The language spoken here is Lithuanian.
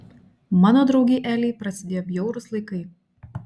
mano draugei elei prasidėjo bjaurūs laikai